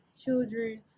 children